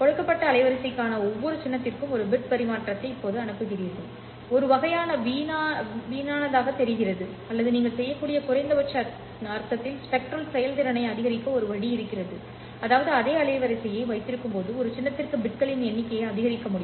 கொடுக்கப்பட்ட அலைவரிசைக்கான ஒவ்வொரு சின்னத்திற்கும் ஒரு பிட் பரிமாற்றத்தை இப்போது அனுப்புகிறீர்கள் ஒரு வகையான வீணானதாகத் தெரிகிறது அல்லது நீங்கள் செய்யக்கூடிய குறைந்தபட்ச அர்த்தத்தில் ஸ்பெக்ட்ரல் செயல்திறனை அதிகரிக்க ஒரு வழி இருக்கிறது அதாவது அதே அலைவரிசையை வைத்திருக்கும்போது ஒரு சின்னத்திற்கு பிட்களின் எண்ணிக்கையை அதிகரிக்க முடியும்